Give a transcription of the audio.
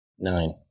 Nine